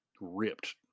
ripped